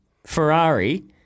Ferrari